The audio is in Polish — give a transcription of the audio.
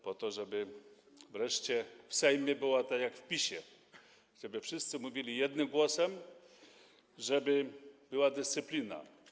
Po to, żeby wreszcie w Sejmie było tak jak w PiS-ie, żeby wszyscy mówili jednym głosem, żeby była dyscyplina.